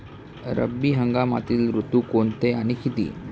रब्बी हंगामातील ऋतू कोणते आणि किती?